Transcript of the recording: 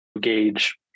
gauge